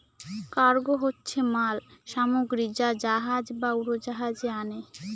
cargo হচ্ছে মাল সামগ্রী যা জাহাজ বা উড়োজাহাজে আনে